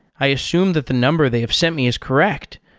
i assume that the number they have sent me is correct,